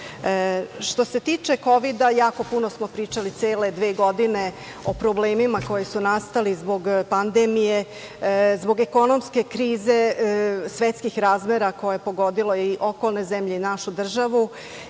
se tiče Kovida, puno smo pričali, cele dve godine o problemima koji su nastali zbog pandemije, zbog ekonomske krize svetskih razmera koja je pogodila i okolne zemlje i našu državu.